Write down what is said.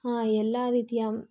ಎಲ್ಲ ರೀತಿಯ